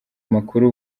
makuru